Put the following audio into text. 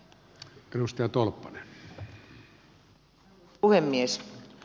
arvoisa puhemies